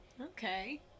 Okay